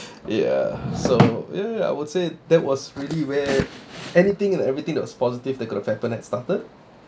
ya so ya ya ya I would say that was really when anything and everything that was positive that could have happened at started